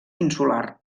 insular